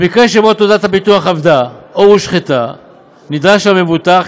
במקרה שבו תעודת ביטוח אבדה או הושחתה נדרש המבוטח,